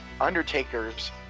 Undertaker's